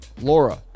Laura